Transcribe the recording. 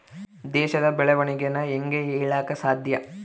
ದೇಶದ ಬೆಳೆವಣಿಗೆನ ಹೇಂಗೆ ಹೇಳಕ ಸಾಧ್ಯ?